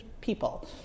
people